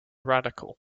radical